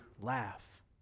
laugh